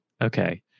Okay